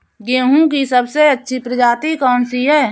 गेहूँ की सबसे अच्छी प्रजाति कौन सी है?